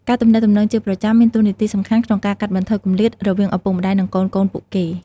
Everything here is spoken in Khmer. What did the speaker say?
ការទំនាក់ទំនងជាប្រចាំមានតួនាទីសំខាន់ក្នុងការកាត់បន្ថយគម្លាតរវាងឪពុកម្ដាយ និងកូនៗពួកគេ។